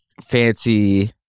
fancy